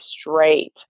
straight